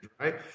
right